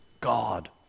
God